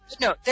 No